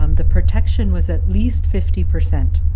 um the protection was at least fifty per cent.